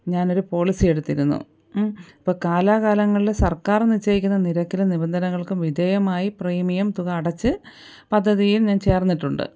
ഞാനൊരു പോളിസി എടുത്തിരുന്നു അപ്പം കലാകാലങ്ങളിൽ സർക്കാർ നിശ്ചയിക്കുന്ന നിരക്കിനും നിബന്ധനകൾക്കും വിധേയമായി പ്രീമിയം തുക അടച്ച് പദ്ധതിയിൽ ചേർന്നിട്ടുണ്ട്